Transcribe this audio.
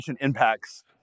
impacts